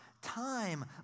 time